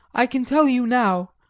i can tell you now,